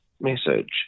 message